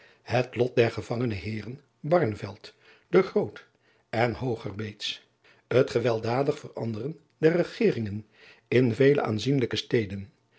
et lot der gevangen eeren en het gewelddadig veranderen der egeringen in vele aanzienlijke steden